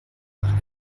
nach